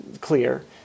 clear